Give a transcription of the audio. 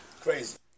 crazy